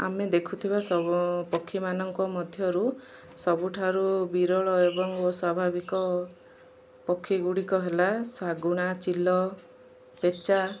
ଆମେ ଦେଖୁଥିବା ସବୁ ପକ୍ଷୀମାନଙ୍କ ମଧ୍ୟରୁ ସବୁଠାରୁ ବିରଳ ଏବଂ ସ୍ଵଭାବିକ ପକ୍ଷୀଗୁଡ଼ିକ ହେଲା ଶାଗୁଣା ଚିଲ ପେଚା